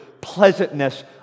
pleasantness